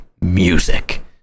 music